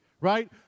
Right